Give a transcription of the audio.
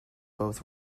both